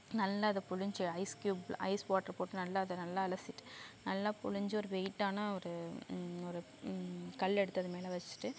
நல்லா இதை புழிஞ்சு ஐஸ் கியூப்ல ஐஸ் வாட்டர் போட்டு நல்லா அதை நல்லா அலசிட்டு நல்லா புழிஞ்சு ஒரு வெயிட்டான ஒரு ஒரு கல்லை எடுத்து அது மேலே வெச்சிட்டு